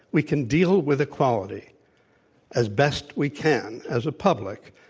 we can deal with equality as best we can as a public.